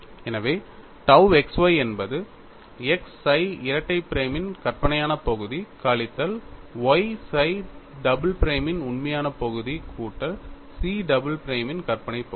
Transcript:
எனவே tau x y என்பது x psi இரட்டை பிரைமின் கற்பனையான பகுதி கழித்தல் y psi டபுள் பிரைமின் உண்மையான பகுதி கூட்டல் chi டபுள் பிரைமின் கற்பனை பகுதி